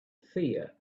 fear